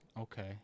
Okay